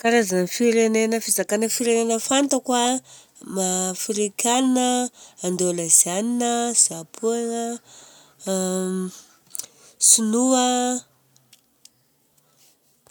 Karazana firenena fizakana firenena fantako an: Afrikanina, Indonesianina, Japogna, Sinoa.